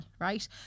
right